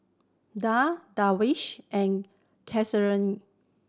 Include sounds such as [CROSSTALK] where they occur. Daud Darwish and [UNINTELLIGIBLE]